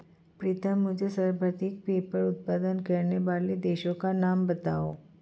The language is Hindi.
प्रीतम मुझे सर्वाधिक पेपर उत्पादन करने वाले देशों का नाम बताओ?